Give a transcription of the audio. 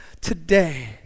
today